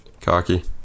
Cocky